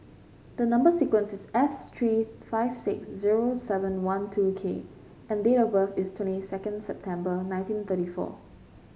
the number sequence is S three five six zero seven one two K and date of birth is twenty second September nineteen thirty four